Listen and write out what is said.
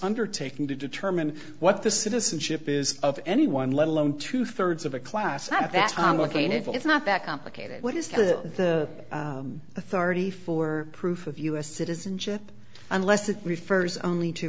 undertaking to determine what the citizenship is of anyone let alone two thirds of a class not that complicated but it's not that complicated what is the authority for proof of u s citizenship unless it refers only t